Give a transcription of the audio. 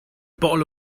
bottle